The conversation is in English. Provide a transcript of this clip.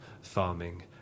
farming